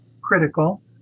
critical